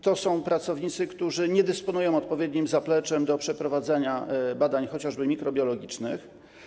To są pracownicy, którzy nie dysponują odpowiednim zapleczem do przeprowadzenia badań chociażby mikrobiologicznych.